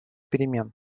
перемен